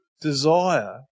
desire